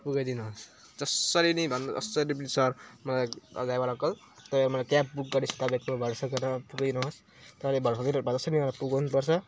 पुगाइदिनुहोस् जसरी नि भए पनि जसरी पनि सर मलाई ड्राइभर अङ्कल तपाईँको मलाई क्याब बुक गरी तपाईँको भरोसा गरेर पुगाइदिनुहोस् तर भरोसा पुगाउनुपर्छ